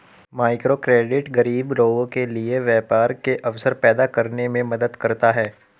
microcredit गरीब लोगों के लिए व्यापार के अवसर पैदा करने में मदद करता है